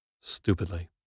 stupidly